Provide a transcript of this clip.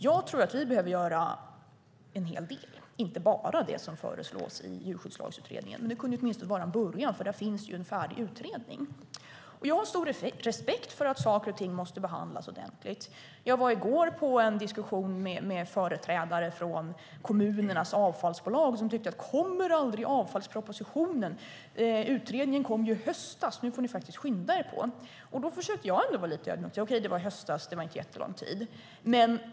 Jag tror att vi behöver göra en hel del, inte bara det som föreslås i Djurskyddslagsutredningen. Det kunde dock vara en början eftersom det finns en färdig utredning. Jag har stor respekt för att saker och ting måste behandlas ordentligt. Jag deltog i går i en diskussion med företrädare från kommunernas avfallsbolag som undrade: Kommer aldrig avfallspropositionen? Utredningen kom i höstas. Nu får ni faktiskt skynda er på. Jag försökte då vara lite ödmjuk och säga att okej, det var i höstas, att det inte är så jättelänge sedan.